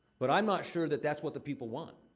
but i'm not sure that that's what the people want.